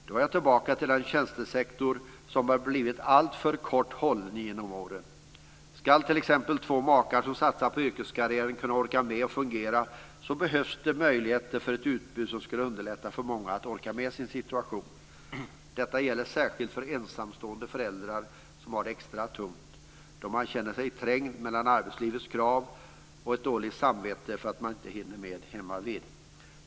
Då är jag tillbaka till den tjänstesektor som har blivit alltför kort hållen genom åren. Ska t.ex. två makar som satsar på yrkeskarriären orka med och fungera behöver det finnas ett utbud som skulle underlätta för många att orka med situationen. Detta gäller särskilt för ensamstående föräldrar som har det extra tungt. De känner sig trängda mellan arbetslivets krav och ett dåligt samvete för att de inte hinner med hemmavid.